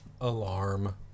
Alarm